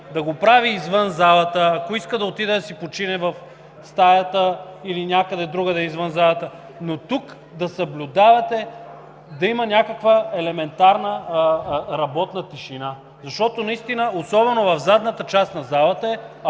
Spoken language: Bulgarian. да го прави извън залата, ако иска да отиде да си почине в стаята или някъде другаде извън залата, но тук да съблюдавате да има някаква елементарна работна тишина. Защото наистина особено в задната част на залата